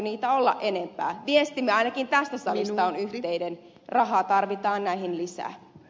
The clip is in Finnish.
viestimme ainakin tästä salista on yhteinen rahaa tarvitaan näihin lisää